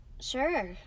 Sure